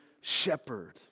shepherd